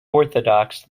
orthodox